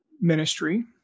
ministry